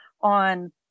on